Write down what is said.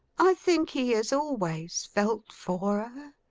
i think he has always felt for her.